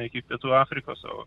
iki pietų afrikos o